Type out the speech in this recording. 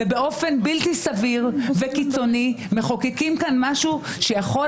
ובאופן בלתי סביר וקיצוני מחוקקים כאן משהו שיכול